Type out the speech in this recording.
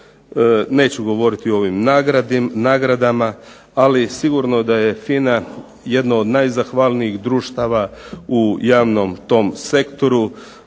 Neću govoriti o ovim nagradama, ali sigurno da je FINA jedno od najzahvalnijih društava u javnom tom sektoru,